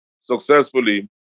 successfully